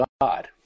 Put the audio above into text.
god